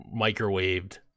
microwaved